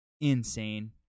insane